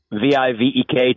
V-I-V-E-K